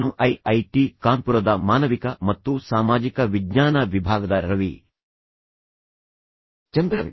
ನಾನು I I T ಕಾನ್ಪುರದ ಮಾನವಿಕ ಮತ್ತು ಸಾಮಾಜಿಕ ವಿಜ್ಞಾನ ವಿಭಾಗದ ರವಿ ಚಂದ್ರನ್